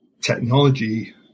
technology